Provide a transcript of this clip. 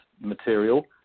material